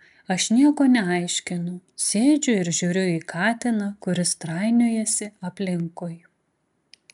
aš nieko neaiškinu sėdžiu ir žiūriu į katiną kuris trainiojasi aplinkui